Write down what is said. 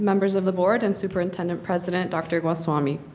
members of the board and superintendent president dr. goswami